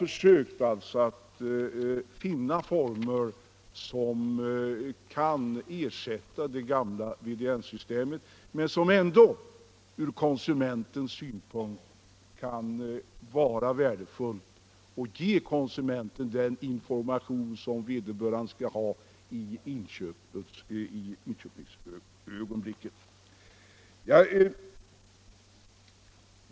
Man har alltså försökt att finna former som kan ersätta det gamla VDN-systemet men som ändå från konsumentens synpunkt kan vara värdefulla och ge konsumenten den information som vederbörande skall ha i inköpsögonblicket.